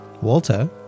Walter